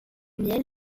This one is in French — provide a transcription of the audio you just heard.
miel